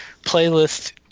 playlist